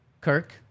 Kirk